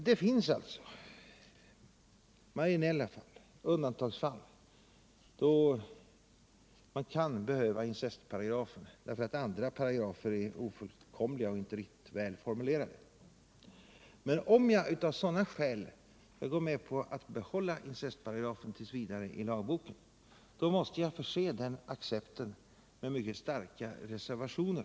Det finns alltså marginella fall, undantagsfall, då man kan behöva incestparagrafen därför att andra paragrafer är ofullkomliga och inte riktigt väl formulerade. Men om jag av sådana skäl skall gå med på att incestbestäm melsen t. v. behålls i lagboken måste jag för min del förse min accept med Nr 93 mycket starka reservationer.